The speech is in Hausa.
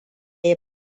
ya